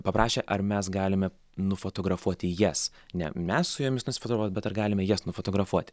paprašė ar mes galime nufotografuoti jas ne mes su jomis nusifotografuoti bet ar galime jas nufotografuoti